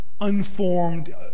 unformed